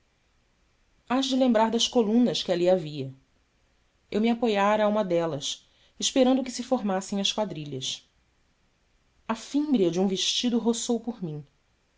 de te lembrar das colunas que ali havia eu me apoiara a uma delas esperando que se formassem as quadrilhas a fímbria de um vestido roçou por mim